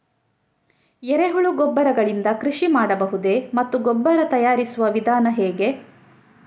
ಎರೆಹುಳು ಗೊಬ್ಬರ ಗಳಿಂದ ಕೃಷಿ ಮಾಡಬಹುದೇ ಮತ್ತು ಗೊಬ್ಬರ ತಯಾರಿಸುವ ವಿಧಾನ ಹೇಗೆ?